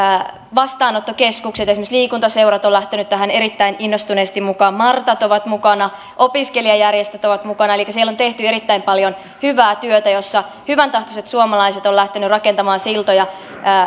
vastaanottokeskukset esimerkiksi liikuntaseurat ovat lähteneet tähän erittäin innostuneesti mukaan martat ovat mukana opiskelijajärjestöt ovat mukana elikkä siellä on tehty erittäin paljon hyvää työtä jossa hyväntahtoiset suomalaiset ovat lähteneet rakentamaan siltoja